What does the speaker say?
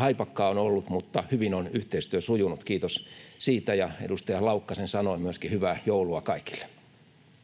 haipakkaa on ollut, mutta hyvin on yhteistyö sujunut. Kiitos siitä, ja edustaja Laukkasen sanoin myöskin hyvää joulua kaikille!